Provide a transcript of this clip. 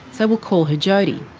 so we'll call her jody.